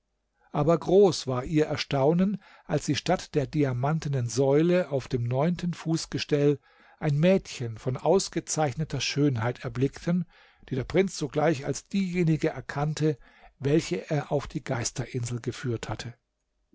aber groß war ihr erstaunen als sie statt der diamantenen säule auf dem neunten fußgestell ein mädchen von ausgezeichneter schönheit erblickten die der prinz sogleich als diejenige erkannte welche er auf die geisterinsel geführt hatte